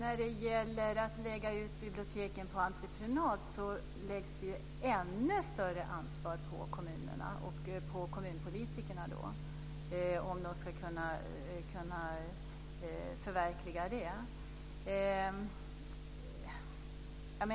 Fru talman! Om biblioteken ska läggas ut på entreprenad läggs det ännu större ansvar på kommunerna och på kommunpolitikerna för att de ska kunna förverkliga det.